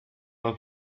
mal